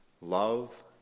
Love